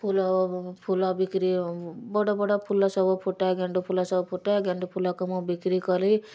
ଫୁଲ ଫୁଲ ବିକ୍ରି ବଡ଼ ବଡ଼ ଫୁଲ ସବୁ ଫୁଟେ ଗେଣ୍ଡୁ ଫୁଲ ସବୁ ଫୁଟେ ଗେଣ୍ଡୁ ଫୁଲକୁ ମୁଁ ବିକ୍ରି କରି